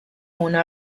una